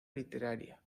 literaria